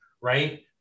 right